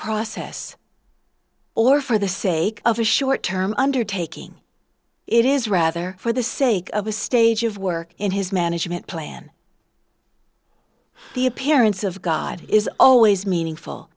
process or for the sake of a short term undertaking it is rather for the sake of a stage of work in his management plan the appearance of god is always meaningful